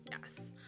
Yes